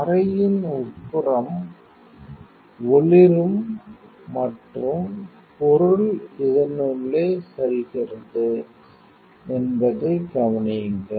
அறையின் உட்புறம் ஒளிரும் மற்றும் பொருள் இதனுள்ளே செல்கிறது என்பதைக் கவனியுங்கள்